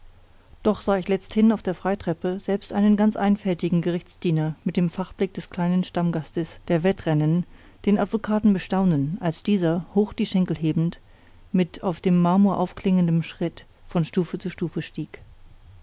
doch sah ich letzthin auf der freitreppe selbst einen ganz einfältigen gerichtsdiener mit dem fachblick des kleinen stammgastes der wettrennen den advokaten bestaunen als dieser hoch die schenkel hebend mit auf dem marmor aufklingendem schritt von stufe zu stufe stieg